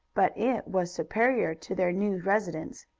but it was superior to their new residence.